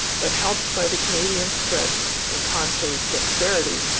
but helped by the canadian's strength and conseil's dexterity,